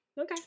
Okay